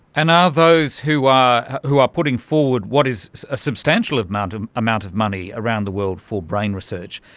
and are those who are who are putting forward what is a substantial amount um amount of money around the world for brain research,